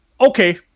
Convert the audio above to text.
okay